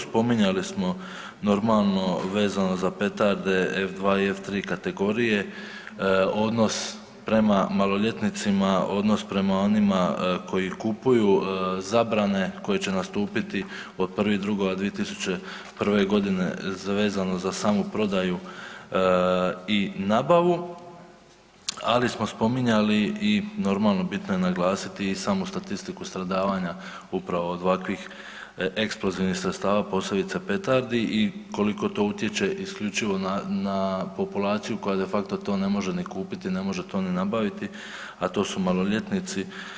Spominjali smo normalno vezano za petarde F2 i F3 kategorije odnos prema maloljetnicima, odnos prema onima koji kupuju, zabrane koje će nastupiti od 1.2.2021.g. vezano za samu prodaju i nabavu, ali smo spominjali i, normalno bitno je naglasiti i samu statistiku stradavanja upravo od ovakvih eksplozivnih sredstava posebice petardi i koliko to utječe isključivo na, na populaciju koja de facto to ne može ni kupiti, ne može to ni nabaviti, a to su maloljetnici.